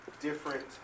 different